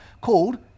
called